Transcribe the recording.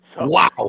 Wow